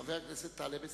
חבר הכנסת טלב אלסאנע.